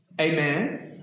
Amen